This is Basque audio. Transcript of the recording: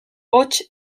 hots